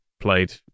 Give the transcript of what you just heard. played